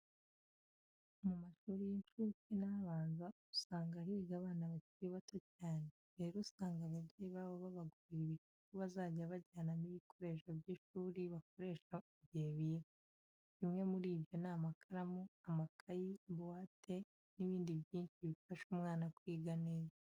Mu mashuri y'inshuke n'abanza usanga higa abana bakiri bato cyane. Rero usanga ababyeyi babo babagurira ibikapu bazajya bajyanamo ibikoresho by'ishuri bakoresha igihe biga. Bimwe muri byo ni amakaramu, amakayi, buwate n'ibindi byinshi bifasha umwana kwiga neza.